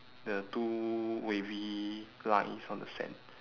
the two wavy lines on the sand